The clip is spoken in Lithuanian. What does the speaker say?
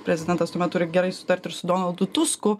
prezidentas tuomet turi gerai sutarti ir su donaldu tusku